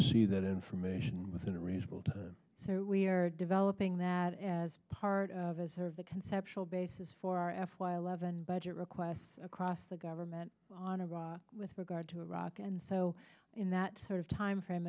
see that information within a reasonable time so we are developing that as part of as heard the conceptual basis for f y eleven budget requests across the government on iraq with regard to iraq and so in that sort of timeframe